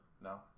No